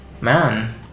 Man